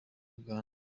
uganda